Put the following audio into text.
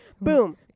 boom